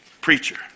preacher